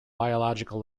biological